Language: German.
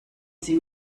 sie